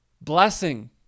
Blessing